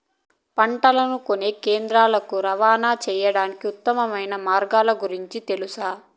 పంటలని కొనే కేంద్రాలు కు రవాణా సేయడానికి ఉత్తమమైన మార్గాల గురించి తెలుసా?